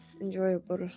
enjoyable